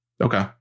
Okay